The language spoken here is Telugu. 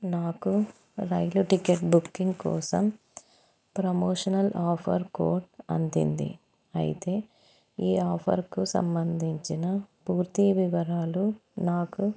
నాకు రైలు టికెట్ బుకింగ్ కోసం ప్రమోషనల్ ఆఫర్ కోడ్ అందింది అయితే ఈ ఆఫర్కు సంబంధించిన పూర్తి వివరాలు నాకు